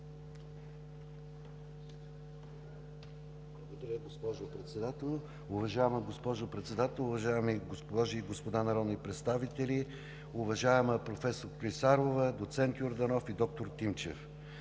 Благодаря, госпожо Председател. Уважаема госпожо Председател, уважаеми госпожи и господа народни представители! Уважаема професор Клисарова, доцент Йорданов и доктор Тимчев,